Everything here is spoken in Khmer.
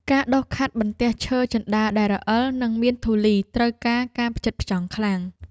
ការដុសខាត់បន្ទះឈើជណ្តើរដែលរអិល និងមានធូលី ត្រូវការការផ្ចិតផ្ចង់ខ្លាំង។